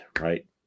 right